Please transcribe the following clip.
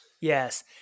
Yes